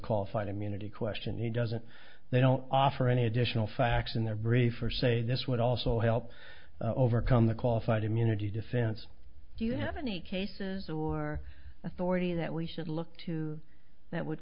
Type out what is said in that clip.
qualified immunity question he doesn't they don't offer any additional facts in their brief or say this would also help overcome the qualified immunity defense do you have any cases or authority that we should look to that would